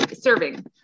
serving